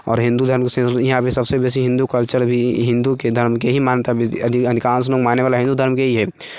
आओर हिन्दू धर्मके यहाँपर सभसँ बेसी हिन्दू कल्चर ही हिन्दूके धर्मके ही मान्यता मिलतै अधिकांशतः मानयवला हिन्दू धर्मके ही हइ